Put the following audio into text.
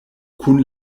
kun